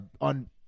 on